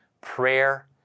Prayer